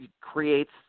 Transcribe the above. creates